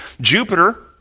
Jupiter